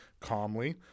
calmly